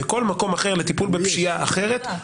בכל מקום אחר לטיפול בפשיעה אחרת,